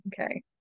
okay